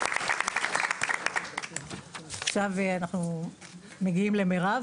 עכשיו אנחנו מגיעים למירב.